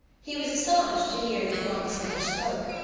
he was astonished to hear that the monks never spoke,